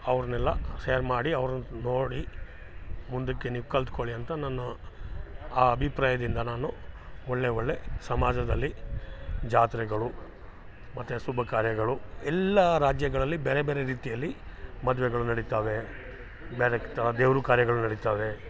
ಅವ್ರ್ನೆಲ್ಲ ಸೇರ್ ಮಾಡಿ ಅವ್ರನ್ನ ನೋಡಿ ಮುಂದಕ್ಕೆ ನೀವು ಕಲ್ತ್ಕೊಳ್ಳಿ ಅಂತ ನನ್ನ ಆ ಅಭಿಪ್ರಾಯದಿಂದ ನಾನು ಒಳ್ಳೆಯ ಒಳ್ಳೆಯ ಸಮಾಜದಲ್ಲಿ ಜಾತ್ರೆಗಳು ಮತ್ತು ಶುಭಕಾರ್ಯಗಳು ಎಲ್ಲಾ ರಾಜ್ಯಗಳಲ್ಲಿ ಬೇರೆ ಬೇರೆ ರೀತಿಯಲ್ಲಿ ಮದುವೆಗಳು ನಡಿತಾವೆ ಬ್ಯಾರೆಕ್ಕೆ ಥರ ದೇವರು ಕಾರ್ಯಗಳು ನಡಿತಾವೆ